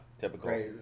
typical